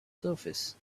surface